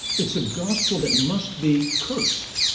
it's a gospel that must be cursed.